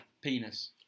penis